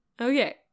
Okay